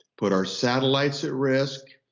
put our satellites at risk,